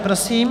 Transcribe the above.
Prosím.